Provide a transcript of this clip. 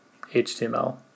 HTML